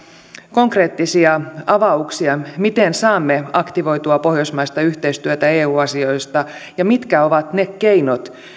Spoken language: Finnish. konkreettisia avauksia miten saamme aktivoitua pohjoismaista yhteistyötä eu asioista ja mitkä ovat ne keinot